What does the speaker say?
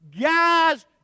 Guys